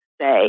say